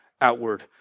outward